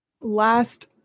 last